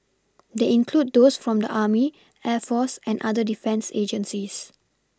they include those from the army air force and other defence agencies